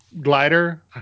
glider